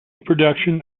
production